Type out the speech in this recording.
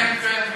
כן, כן.